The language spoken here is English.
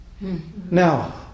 Now